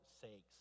sakes